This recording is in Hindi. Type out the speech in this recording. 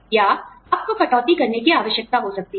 या आपको कटौती करने की आवश्यकता हो सकती है